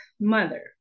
mother